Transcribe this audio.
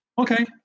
okay